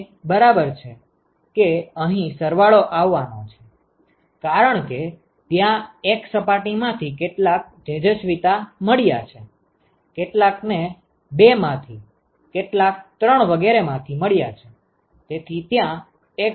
તે બરાબર છે કે અહીં સરવાળો આવવાનો છે કારણ કે ત્યાં 1 સપાટી માંથી કેટલાક તેજસ્વિતા મળ્યા છે કેટલાકને 2 માંથી કેટલાક 3 વગેરે માંથી મળ્યા છે તેથી ત્યાં એક સરવાળો હોવો જોઈએ